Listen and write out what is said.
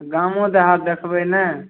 गामो देहात देखबै ने